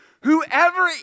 Whoever